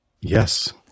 Yes